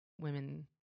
women